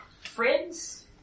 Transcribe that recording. friends